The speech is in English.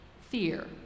fear